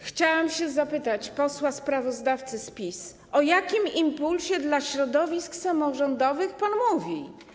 Chciałam zapytać posła sprawozdawcę z PiS: O jakim impulsie dla środowisk samorządowych pan mówi?